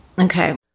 Okay